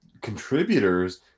contributors